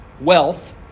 wealth